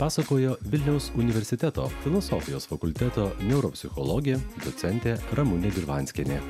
pasakojo vilniaus universiteto filosofijos fakulteto neuropsichologė docentė ramunė dirvanskienė